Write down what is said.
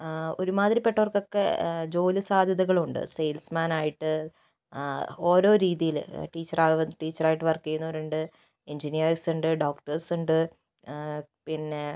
ഒരുമാതിരിപ്പെട്ടവർക്കൊക്കെ ജോലി സാധ്യതകളുണ്ട് സെയിൽസ് മാനായിട്ട് ഓരോ രീതിയില് ടീച്ചറാവാം ടീച്ചറായിട്ട് വർക്ക് ചെയ്യുന്നവരുണ്ട് എൻജിനീയേഴ്സ് ഉണ്ട് ഡോക്റ്റേഴ്സ് ഉണ്ട് പിന്നെ